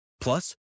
plus